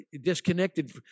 disconnected